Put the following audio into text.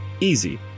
Easy